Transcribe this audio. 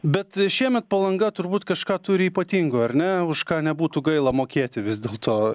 bet šiemet palanga turbūt kažką turi ypatingo ar ne už ką nebūtų gaila mokėti vis dėl to